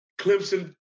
Clemson